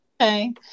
Okay